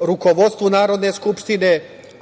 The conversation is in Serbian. rukovodstvu Narodne skupštine,